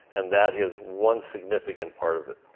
and that is one significant part of it.